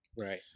right